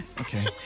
okay